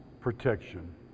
protection